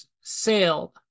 sailed